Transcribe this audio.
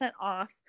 off